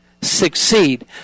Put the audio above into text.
Succeed